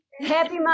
Happy